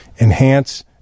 enhance